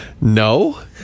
No